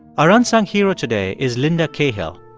our unsung hero today is linda cahill,